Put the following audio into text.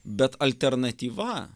bet alternatyva